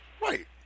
Right